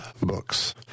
books